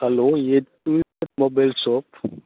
hello edwin mobile shop